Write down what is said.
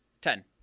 Ten